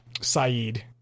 Saeed